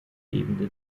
lebende